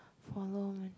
follow